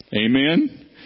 Amen